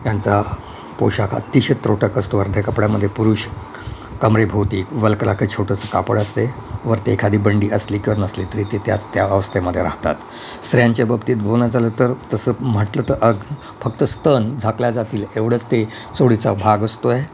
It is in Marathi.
यांचा पोशाख अतिशय त्रोटक असतो अर्ध्या कपड्यामध्ये पुरुष कमरेभोवती छोटंसं कापड असते वरते एखादी बंडी असली किंवा नसली तरी ते त्याच त्या अवस्थेमध्ये राहतात स्त्रियांच्या बाबतीत बोलणं झालं तर तसं म्हटलं तर अंग फक्त स्तन झाकले जातील एवढंच ते चोळीचा भाग असतो आहे